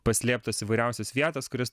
paslėptos įvairiausios vietos kurias